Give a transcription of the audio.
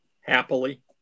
happily